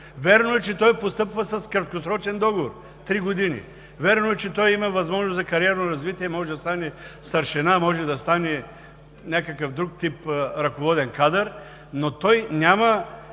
Вярно е, че той постъпва с краткосрочен договор – три години; вярно е, че той има възможност за кариерно развитие – може да стане старшина, може да стане някакъв друг тип ръководен кадър, но той няма